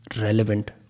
relevant